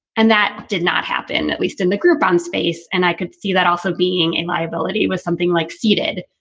and that did not happen, at least in the groupon space. and i could see that also being a liability with something like seeded.